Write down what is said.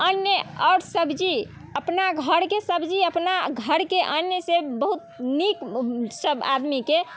अन्न आओर सब्जी अपना घरके सब्जी अपना घरके अन्न से बहुत नीक सब आदमीके